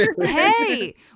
hey